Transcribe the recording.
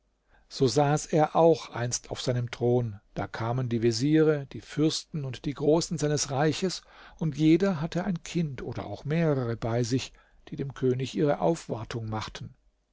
so saß er auch einst auf seinem thron da kamen die veziere die fürsten und die großen seines reiches und jeder hatte ein kind oder auch mehrere bei sich die dem könig ihre aufwartung machten